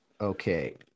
Okay